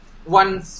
one